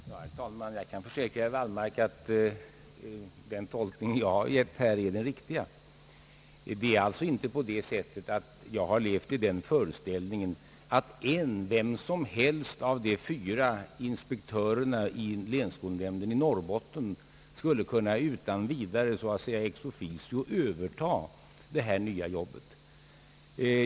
Herr talman! Jag kan försäkra herr Wallmark, att den tolkning jag har gett är den riktiga. Jag har inte levat i den föreställningen att en — vem som helst — av de fyra inspektörerna vid länsskolnämnden i Norrbotten skulle utan vidare, ex officio så att säga, kunna överta detta nya arbete.